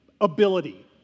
ability